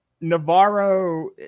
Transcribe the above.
Navarro